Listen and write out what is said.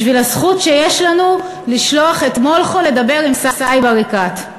בשביל הזכות שיש לנו לשלוח את מולכו לדבר עם סאיב עריקאת.